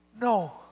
no